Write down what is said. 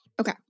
Okay